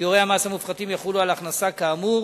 שיעורי המס המופחתים יחולו על הכנסה, כאמור,